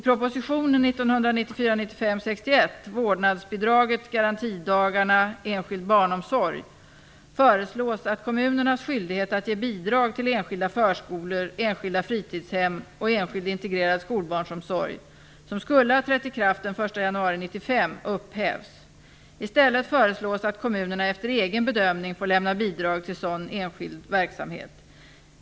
januari 1995, upphävs. I stället föreslås att kommunerna efter egen bedömning får lämna bidrag till sådan enskild verksamhet.